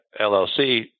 LLC